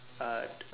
art